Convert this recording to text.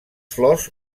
flors